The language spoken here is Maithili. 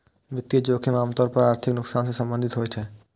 वित्तीय जोखिम आम तौर पर आर्थिक नुकसान सं संबंधित होइ छै